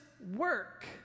work